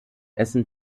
essen